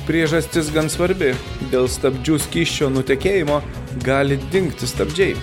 priežastis gan svarbi dėl stabdžių skysčio nutekėjimo gali dingti stabdžiai